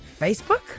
Facebook